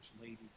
lady